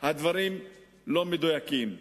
הדברים לא מדויקים.